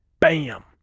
Bam